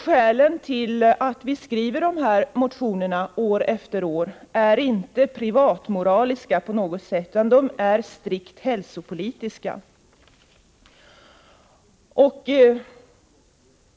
Skälen till att vi skriver dessa motioner år efter år är inte privatmoraliska på något sätt, utan de är strikt hälsopolitiska.